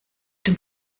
dem